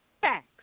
Facts